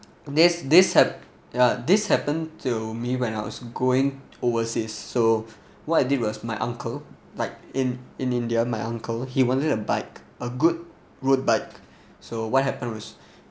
this this hap~ ya this happened to me when I was going overseas so what I did was my uncle like in in india my uncle he wanted a bike a good road bike so what happened was